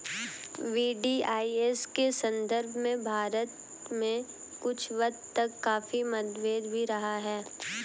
VDIS के संदर्भ में भारत में कुछ वक्त तक काफी मतभेद भी रहा है